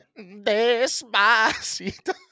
Despacito